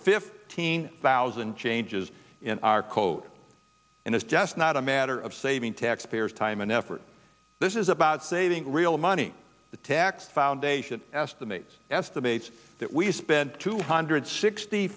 fifteen thousand changes in our code and it's just not a matter of saving taxpayers time and effort this is about saving real money the tax foundation estimates estimates that we spent two hundred sixty